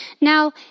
Now